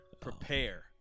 Prepare